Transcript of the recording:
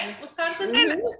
Wisconsin